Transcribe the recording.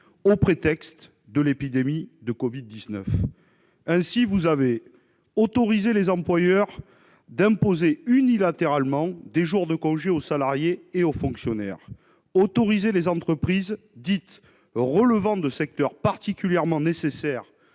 au prétexte de l'épidémie de Covid-19. Vous avez ainsi autorisé les employeurs à imposer unilatéralement des jours de congé aux salariés et aux fonctionnaires, et les entreprises considérées comme « relevant de secteurs particulièrement nécessaires